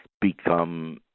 become